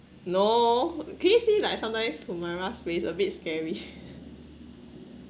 no can you see like sometimes kumara's face a bit scary